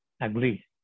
Agree